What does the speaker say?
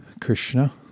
Krishna